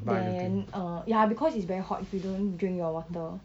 then uh ya because it's very hot if you don't drink your water